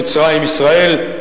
מצרים ישראל,